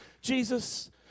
Jesus